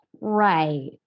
Right